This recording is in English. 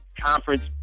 conference